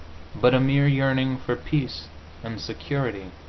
but a mere yearning for peace and security.